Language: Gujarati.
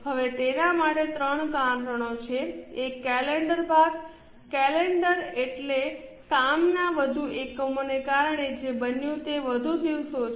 હવે તેના માટે 3 કારણો છે એક કેલેન્ડર ભાગ કtલેન્ડર એટલે કામના વધુ એકમોને કારણે જે બન્યું તે વધુ દિવસો છે